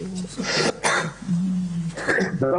חשוב